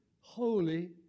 holy